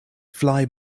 fly